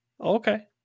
okay